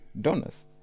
donors